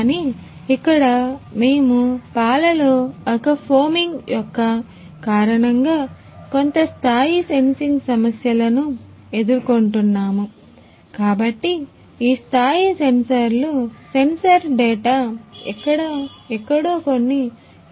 కానీ ఇక్కడ మేము పాలలో ఒక ఫోమింగ్ యొక్క కారణంగా కొంత స్థాయి సెన్సింగ్ సమస్యలను ఎదుర్కొంటున్నాము కాబట్టి ఈ స్థాయి సెన్సార్లు సెన్సార్ డేటా ఎక్కడో కొన్ని కన్సోల్ ద్వారా లభిస్తుందా